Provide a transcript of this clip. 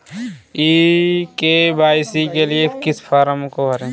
ई KYC के लिए किस फ्रॉम को भरें?